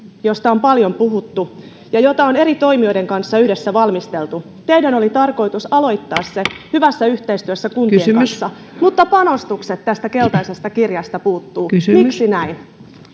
josta on paljon puhuttu ja jota on eri toimijoiden kanssa yhdessä valmisteltu teidän oli tarkoitus aloittaa hyvässä yhteistyössä kuntien kanssa mutta panostukset tästä keltaisesta kirjasta puuttuvat miksi näin